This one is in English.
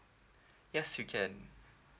yes you can